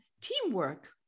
teamwork